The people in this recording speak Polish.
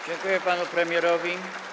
Dziękuję panu premierowi.